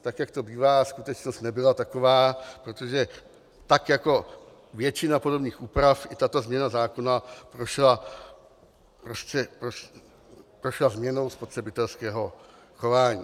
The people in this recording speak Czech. Tak jak to bývá, skutečnost nebyla taková, protože tak jako většina podobných úprav, i tato změna zákona prošla změnou spotřebitelského chování.